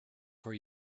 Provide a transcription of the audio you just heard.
for